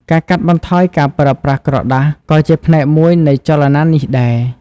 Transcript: ការកាត់បន្ថយការប្រើប្រាស់ក្រដាសក៏ជាផ្នែកមួយនៃចលនានេះដែរ។